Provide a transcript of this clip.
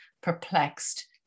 perplexed